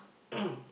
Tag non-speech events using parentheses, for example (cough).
(coughs)